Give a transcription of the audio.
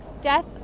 death